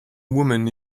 woman